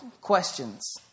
questions